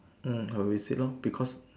mm I will visit loh because